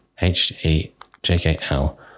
H-E-J-K-L